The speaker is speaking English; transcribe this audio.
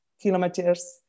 kilometers